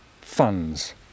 funds